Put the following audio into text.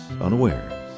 unaware